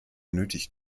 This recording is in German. nötig